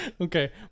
Okay